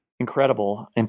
incredible